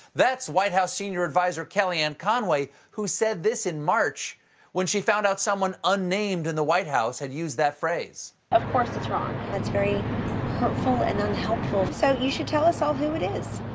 that's white house senior adviser kellyanne conway who said this in march when she found out someone and and in the white house used that phrase. of course its wrong. that's very hurtful and unhelpful, so you should tell us all who it is.